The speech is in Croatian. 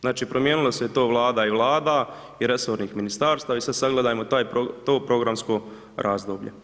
Znači promijenilo se to Vlada i Vlada i resornih ministarstava i sad sagledajmo to programsko razdoblje.